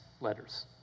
letters